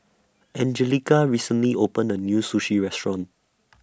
Anjelica recently opened A New Sushi Restaurant